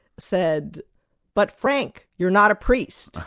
said but frank, you're not a priest!